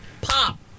pop